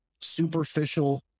superficial